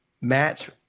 match –